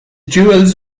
duels